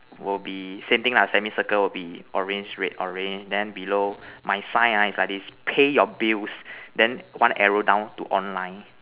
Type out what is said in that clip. will be same thing lah semi circle will be orange red orange then below my sign ah is like this pay your bills then one arrow down to online